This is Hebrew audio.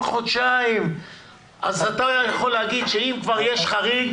חודשיים אז אתה יכול להגיד שאם כבר יש חריג